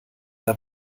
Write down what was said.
der